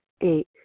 Eight